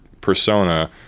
persona